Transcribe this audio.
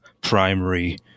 primary